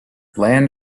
land